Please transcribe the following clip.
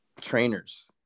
trainers